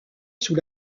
sous